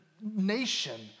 nation